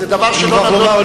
זה דבר שלא נדון.